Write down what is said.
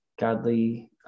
godly